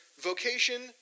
vocation